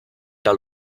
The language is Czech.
dal